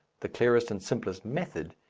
the clearest and simplest method,